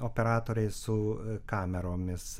operatoriai su kameromis